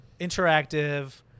Interactive